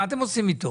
מה אתם עושים איתו?